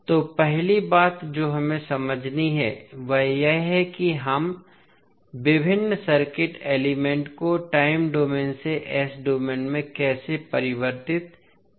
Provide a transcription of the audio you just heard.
तो पहली बात जो हमें समझनी है वह यह है कि हम विभिन्न सर्किट एलिमेंट को टाइम डोमेन से s डोमेन में कैसे परिवर्तित कर सकते हैं